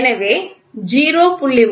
எனவே 0